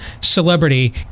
celebrity